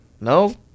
No